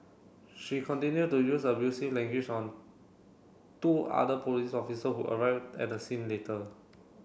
she continued to use abusive language on two other police officer who arrived at the scene later